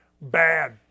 Bad